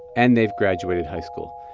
and they've graduated high school.